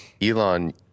Elon